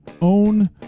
own